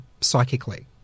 psychically